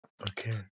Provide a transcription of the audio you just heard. Okay